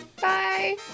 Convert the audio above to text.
Bye